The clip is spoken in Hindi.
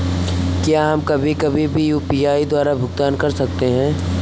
क्या हम कभी कभी भी यू.पी.आई द्वारा भुगतान कर सकते हैं?